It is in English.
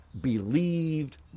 believed